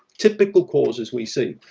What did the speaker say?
typical causes we see.